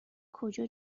کجا